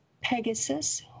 Pegasus